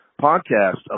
podcast